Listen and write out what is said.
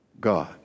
God